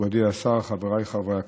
מכובדי השר, חבריי חברי הכנסת,